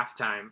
halftime